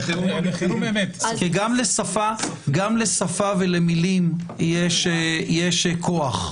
כי גם לשפה יש כוח.